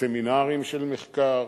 סמינרים של מחקר,